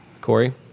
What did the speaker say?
Corey